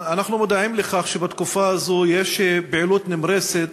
אנחנו מודעים לכך שבתקופה הזאת יש פעילות נמרצת